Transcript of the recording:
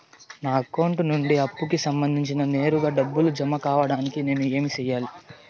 నా అకౌంట్ నుండి అప్పుకి సంబంధించి నేరుగా డబ్బులు జామ కావడానికి నేను ఏమి సెయ్యాలి?